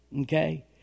Okay